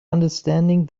understanding